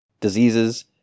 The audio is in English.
diseases